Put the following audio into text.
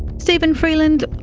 steven freeland,